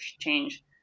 change